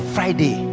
Friday